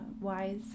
wise